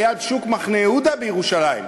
ליד שוק מחנה-יהודה" בירושלים.